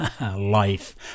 life